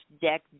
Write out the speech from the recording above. deck